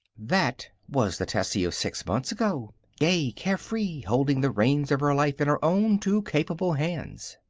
that was the tessie of six months ago, gay, carefree, holding the reins of her life in her own two capable hands.